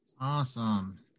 Awesome